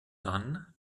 dann